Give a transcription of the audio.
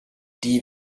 die